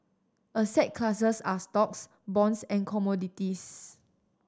asset classes are stocks bonds and commodities